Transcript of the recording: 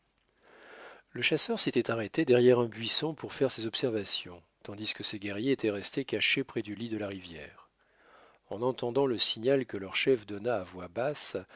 le chasseur s'était arrêté derrière un buisson pour faire ses observations tandis que ses guerriers étaient restés cachés près du lit de la rivière en entendant le signal que leur chef donna à voix basse